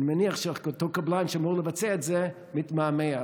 אני מניח שאותו קבלן שאמור לבצע את זה, מתמהמה.